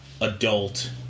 adult